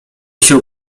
się